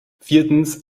viertens